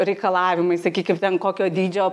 reikalavimai sakykim ten kokio dydžio